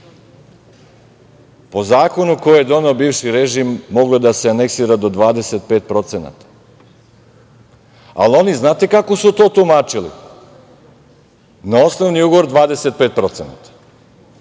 Po zakonu koji je doneo bivši režim, moglo je da se aneksira do 25%, ali znate kako su oni to tumačili? Na osnovni ugovor 25%,